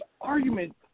argument